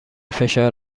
فشار